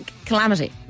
Calamity